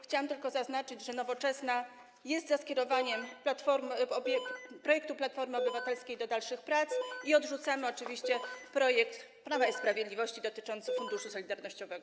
Chciałam tylko zaznaczyć, że Nowoczesna jest za skierowaniem projektu Platformy Obywatelskiej do dalszych prac i odrzucamy oczywiście projekt Prawa i Sprawiedliwości dotyczący funduszu solidarnościowego.